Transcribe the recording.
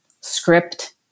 script